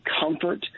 comfort